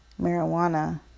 marijuana